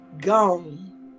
gone